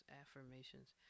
affirmations